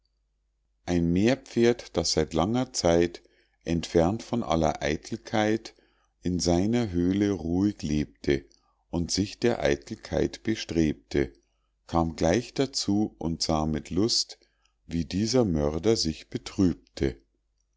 ein meerpferd das seit langer zeit entfernt von aller eitelkeit in seiner höhle ruhig lebte und sich der eitelkeit bestrebte kam gleich dazu und sah mit lust wie dieser mörder sich betrübte